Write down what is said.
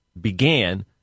began